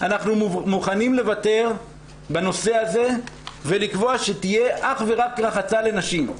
אנחנו מוכנים לוותר בנושא הזה ולקבוע שתהיה אך ורק רחצה לנשים.